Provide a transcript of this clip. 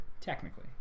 Technically